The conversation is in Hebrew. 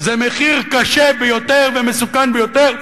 זה מחיר קשה ביותר ומסוכן ביותר,